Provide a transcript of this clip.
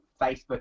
Facebook